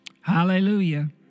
hallelujah